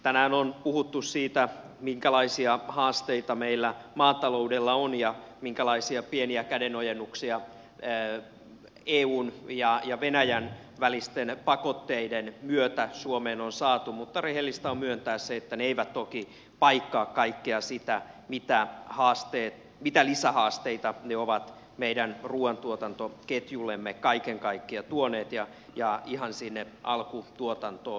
tänään on puhuttu siitä minkälaisia haasteita meillä maataloudella on ja minkälaisia pieniä kädenojennuksia eun ja venäjän välisten pakotteiden myötä suomeen on saatu mutta rehellistä on myöntää se että ne eivät toki paikkaa kaikkea sitä mitä lisähaasteita ne ovat meidän ruuantuotantoketjullemme kaiken kaikkiaan tuoneet ja ihan sinne alkutuotantoon asti